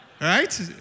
right